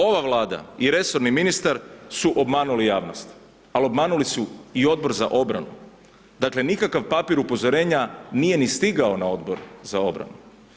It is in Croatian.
Ova Vlada i resorni ministar su obmanuli javnost, al obmanuli su i Odbor za obranu, dakle nikakav papir upozorenja nije ni stigao na Odbor za obranu.